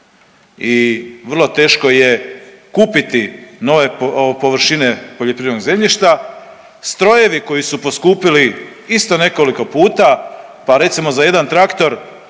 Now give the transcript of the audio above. i vrlo teško je kupiti nove površine poljoprivrednog zemljišta, strojevi koji su poskupili isto nekoliko puta, pa recimo za jedan traktor